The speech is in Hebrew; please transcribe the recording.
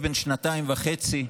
כלב בן שנתיים וחצי.